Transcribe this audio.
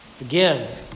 Again